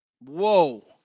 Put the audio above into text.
Whoa